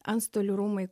antstolių rūmai